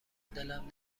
دلم